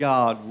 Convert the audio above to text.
God